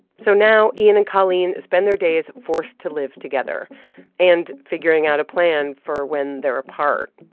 so now ian and colleen spend their days forced to live together and figuring out a plan for when they're apart.